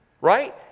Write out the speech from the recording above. Right